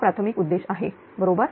हा प्राथमिक उद्देश आहे बरोबर